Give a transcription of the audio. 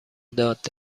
داد